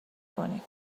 کنیم